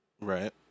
right